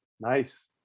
Nice